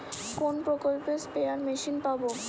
কোন প্রকল্পে spare machine পাব?